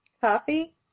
coffee